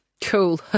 Cool